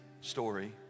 story